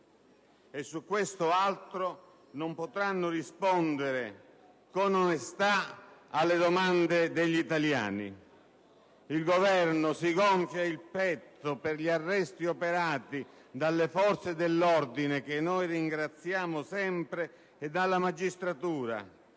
e su questo altro non potranno rispondere con onestà alle domande degli italiani. Il Governo si gonfia il petto per gli arresti operati dalle forze dell'ordine - che noi ringraziamo sempre - e dalla magistratura.